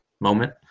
moment